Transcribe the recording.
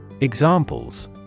Examples